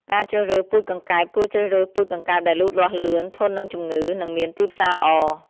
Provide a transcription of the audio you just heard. ការជ្រើសរើសពូជកង្កែប គួរជ្រើសរើសពូជកង្កែបដែលលូតលាស់លឿន ធន់នឹងជំងឺ និងមានទីផ្សារល្អ។